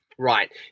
Right